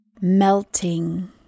Melting